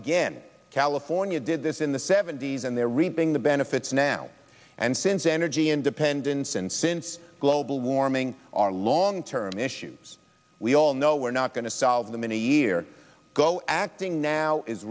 again california did this in the seventy's and they're reaping the benefits now and since energy independence and since global warming are long term issues we all know we're not going to solve them in a year ago acting now is